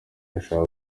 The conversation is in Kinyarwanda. ndashaka